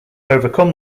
overcome